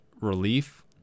relief